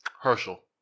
Herschel